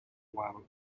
while